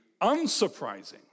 unsurprising